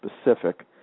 specific